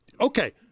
okay